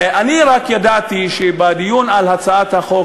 אני רק ידעתי שבדיון על הצעת החוק